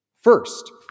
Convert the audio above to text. First